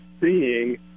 seeing